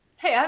Hey